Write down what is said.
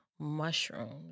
Mushrooms